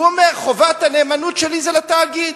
הוא אומר: חובת הנאמנות שלי זה לתאגיד.